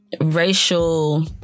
Racial